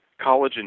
collagen